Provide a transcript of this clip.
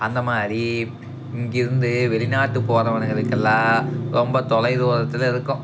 அந்தமாதிரி இங்கேருந்து வெளிநாட்டு போகிறவனுங்களுக்கெல்லாம் ரொம்ப தொலைத்தூரத்தில் இருக்கும்